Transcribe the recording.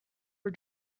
are